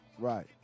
Right